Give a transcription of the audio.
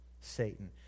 Satan